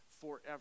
forever